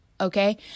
Okay